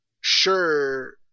sure